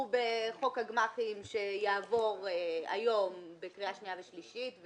בחוק הגמ"חים שיעבור היום בקריאה שנייה ושלישית,